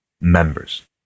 members